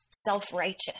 self-righteous